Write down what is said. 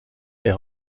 est